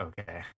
Okay